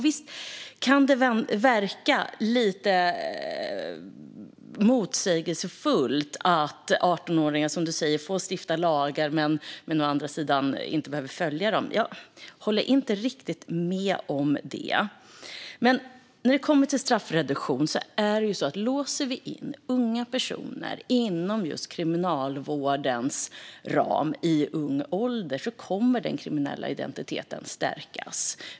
Visst kan det verka lite motsägelsefullt att 18-åringar, som Ellen Juntti säger, får stifta lagar men att de å andra sidan inte behöver följa dem. Men jag håller inte riktigt med. När det kommer till straffreduktion är det så att om vi låser in unga personer inom kriminalvårdens ram i ung ålder kommer den kriminella identiteten att stärkas.